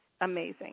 amazing